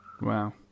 Wow